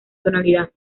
tonalidad